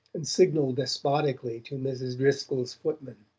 and signalled despotically to mrs. driscoll's footman.